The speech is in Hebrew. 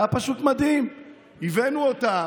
הבאנו אותם,